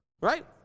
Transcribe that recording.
Right